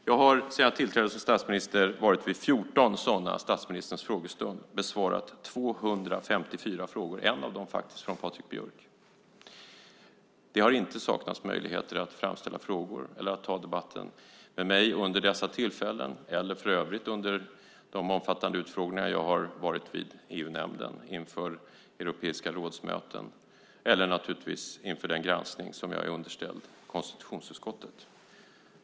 Jag har sedan jag tillträdde som statsminister varit med vid statministerns frågestund 14 gånger och besvarat 254 frågor - en av dem från Patrik Björck. Det har inte saknats möjligheter att framställa frågor eller att ta debatten med mig under dessa tillfällen, eller för övrigt under de omfattande utfrågningar som jag varit med om i EU-nämnden inför Europeiska rådets möten och naturligtvis inför den granskning som jag är underställd i konstitutionsutskottet.